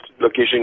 location